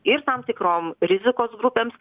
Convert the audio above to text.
ir tam tikrom rizikos grupėms